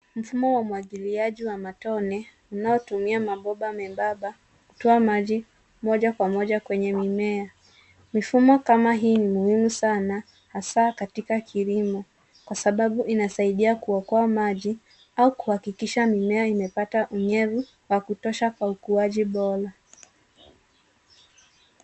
Mfumo wa umwangiliaji wa matone unaotumia mabomba membemba hutoa maji moja Kwa moja kwenye mimea. Mifumo kama hii ni muhimu sana hasa katika kilimo Kwa sababu inasaidia kuokoa maji au kuhakikisha mimea imepata unyevu wa kutosha Kwa ukuaji bora.